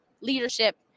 leadership